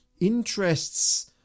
interests